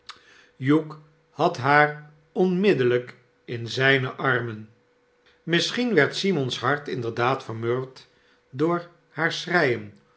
hugh had haar oogenblikkelijk in zijne armen misschien werd simon's hart inderdaad vermurwd door haar schreien